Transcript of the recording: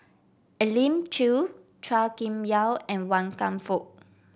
Elim Chew Chua Kim Yeow and Wan Kam Fook